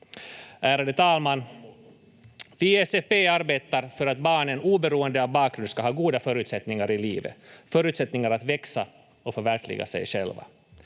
Ärade talman! Vi i SFP arbetar för att barnen oberoende av bakgrund ska ha goda förutsättningar i livet, förutsättningar att växa och förverkliga sig själva.